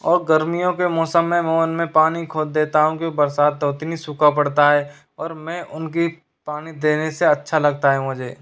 और गर्मियों के मौसम में मैं उनमें पानी खोद देता हूँ क्यों बरसात तो होती नहीं सूखा पड़ता है और मैं उनकी पानी देने से अच्छा लगता है मुझे